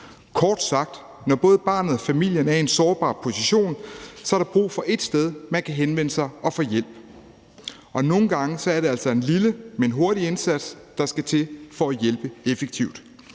Kort sagt er der, når både barnet og familien er i en sårbar position, brug for et sted, man kan henvende sig og få hjælp. Og nogle gange er det altså en lille, men hurtig indsats, der skal til for at hjælpe effektivt.